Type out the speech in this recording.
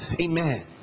Amen